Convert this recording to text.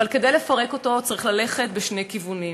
וכדי לפרק אותו צריך ללכת בשני כיוונים.